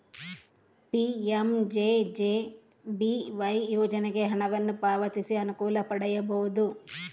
PMJJBY ಯೋಜನೆಗೆ ಹಣವನ್ನು ಪಾವತಿಸಿ ಅನುಕೂಲ ಪಡೆಯಬಹುದು